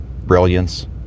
brilliance